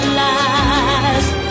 last